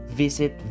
visit